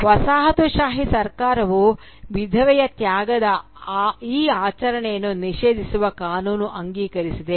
ವಸಾಹತುಶಾಹಿ ಸರ್ಕಾರವು ವಿಧವೆಯ ತ್ಯಾಗದ ಈ ಆಚರಣೆಯನ್ನು ನಿಷೇಧಿಸುವ ಕಾನೂನು ಅಂಗೀಕರಿಸಿದೆ